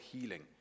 healing